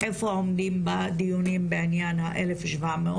איפה עומדים בדיונים בעניין ה-1700